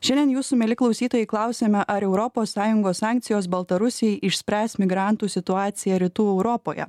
šiandien jūsų mieli klausytojai klausiame ar europos sąjungos sankcijos baltarusijai išspręs migrantų situaciją rytų europoje